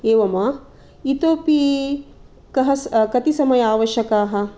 एवं वा इतोऽपि कः स कति समयः आवश्यकः